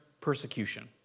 persecution